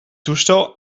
toestel